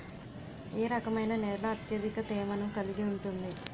ఏ రకమైన నేల అత్యధిక తేమను కలిగి ఉంటుంది?